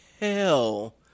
hell